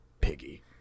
Piggy